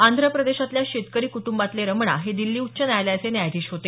आंध्र प्रदेशमधल्या शेतकरी कुटंबातले रमणा हे दिल्ली उच्च न्यायालयाचे न्यायाधीश होते